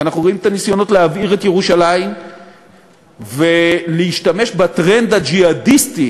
אנחנו רואים את הניסיונות להבעיר את ירושלים ולהשתמש בטרנד הג'יהאדיסטי